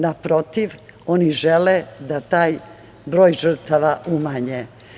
Naprotiv, oni žele da taj broj žrtava umanje.